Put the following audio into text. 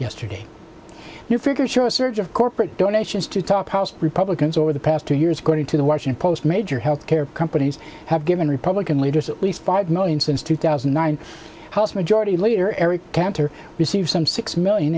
yesterday new figures show a surge of corporate donations to top republicans over the past two years according to the washington post major health care companies have given republican leaders at least five million since two thousand and nine house majority leader eric cantor received some six million